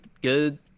good